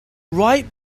write